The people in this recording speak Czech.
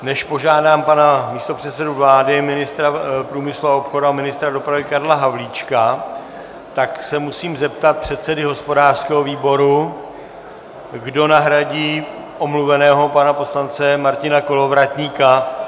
Než požádám pana místopředsedu vlády, ministra průmyslu a obchodu a ministra dopravy Karla Havlíčka, tak se musím zeptat předsedy hospodářského výboru, kdo nahradí omluveného pana poslance Martina Kolovratníka.